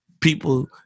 people